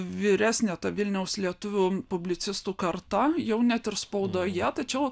vyresnė ta vilniaus lietuvių publicistų karta jau net ir spaudoje tačiau